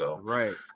Right